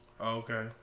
Okay